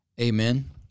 Amen